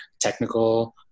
technical